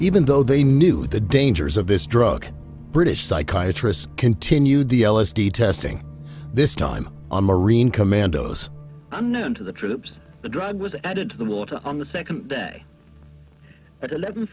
even though they knew the dangers of this drug british psychiatry's continued the l s d testing this time on marine commandos unknown to the troops the drug was added to the water on the second day at eleven